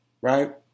Right